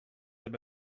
have